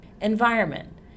Environment